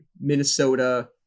Minnesota